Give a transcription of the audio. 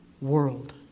world